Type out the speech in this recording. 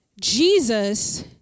Jesus